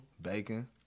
Bacon